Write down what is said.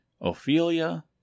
Ophelia